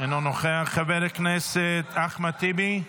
אינו נוכח, חבר הכנסת אחמד טיבי,